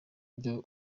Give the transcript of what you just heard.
ibyo